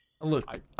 Look